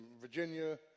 Virginia